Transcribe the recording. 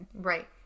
Right